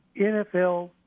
NFL